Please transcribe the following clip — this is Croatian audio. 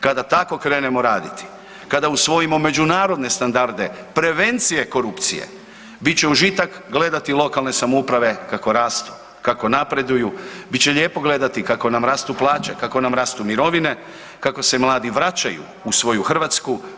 Kada tako krenemo raditi, kada usvojimo međunarodne standarde prevencije korupcije bit će užitak gledati lokalne samouprave kako rastu, kako napreduju, bit će lijepo gledati kako nam rastu plaće, kako nam rastu mirovine, kako se mladi vraćaju u svoju Hrvatsku.